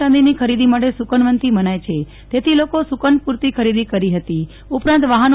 ચાંદીની ખરીદી માટે શુકનવંતી મનાય છે ધનતેરસએ સોનારતી ખરીદી કરી હતીઉપરાંત વાહનો